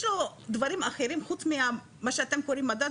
יש לו דברים אחרים חוץ מה שאתם קוראים מדד,